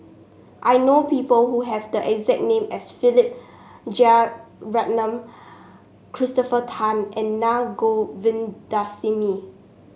I know people who have the exact name as Philip Jeyaretnam Christopher Tan and Naa Govindasamy